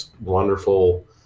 wonderful